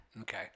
okay